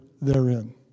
therein